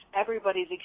everybody's